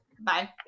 Bye